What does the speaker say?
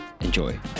enjoy